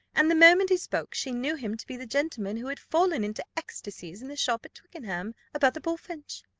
and the moment he spoke, she knew him to be the gentleman who had fallen into ecstasies in the shop at twickenham, about the bullfinch.